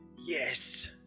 yes